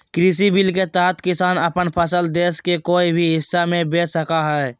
कृषि बिल के तहत किसान अपन फसल देश के कोय भी हिस्सा में बेच सका हइ